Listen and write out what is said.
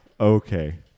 Okay